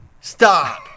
Stop